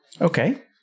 Okay